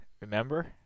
remember